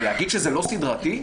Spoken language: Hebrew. ולהגיד שזה לא סדרתי?